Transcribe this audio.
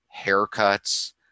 haircuts